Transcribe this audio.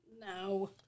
No